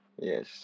Yes